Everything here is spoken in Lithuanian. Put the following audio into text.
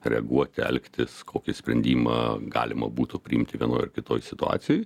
reaguoti elgtis kokį sprendimą galima būtų priimti vienoj ar kitoj situacijoj